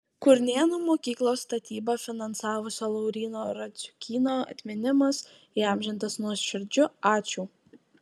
kurnėnų mokyklos statybą finansavusio lauryno radziukyno atminimas įamžintas nuoširdžiu ačiū